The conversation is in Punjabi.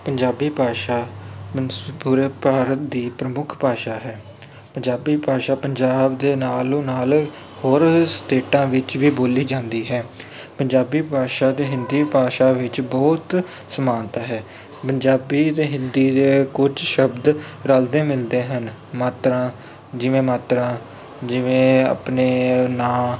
ਪੰਜਾਬੀ ਭਾਸ਼ਾ ਪੂਰੇ ਭਾਰਤ ਦੀ ਪ੍ਰਮੁੱਖ ਭਾਸ਼ਾ ਹੈ ਪੰਜਾਬੀ ਭਾਸ਼ਾ ਪੰਜਾਬ ਦੇ ਨਾਲੋਂ ਨਾਲ ਹੋਰ ਸਟੇਟਾਂ ਵਿੱਚ ਵੀ ਬੋਲੀ ਜਾਂਦੀ ਹੈ ਪੰਜਾਬੀ ਭਾਸ਼ਾ ਅਤੇ ਹਿੰਦੀ ਭਾਸ਼ਾ ਵਿੱਚ ਬਹੁਤ ਸਮਾਨਤਾ ਹੈ ਪੰਜਾਬੀ ਅਤੇ ਹਿੰਦੀ ਦੇ ਕੁਝ ਸ਼ਬਦ ਰਲਦੇ ਮਿਲਦੇ ਹਨ ਮਾਤਰਾਂ ਜਿਵੇਂ ਮਾਤਰਾਂ ਜਿਵੇਂ ਆਪਣੇ ਨਾਮ